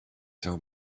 tell